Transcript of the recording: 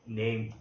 name